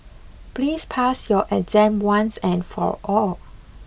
please pass your exam once and for all